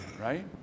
right